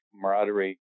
camaraderie